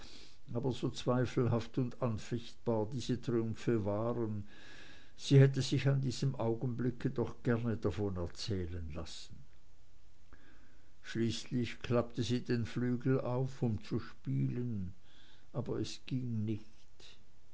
aber so zweifelhaft und anfechtbar diese triumphe waren sie hätte sich in diesem augenblick doch gern davon erzählen lassen schließlich klappte sie den flügel auf um zu spielen aber es ging nicht